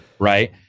Right